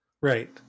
Right